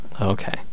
Okay